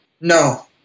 No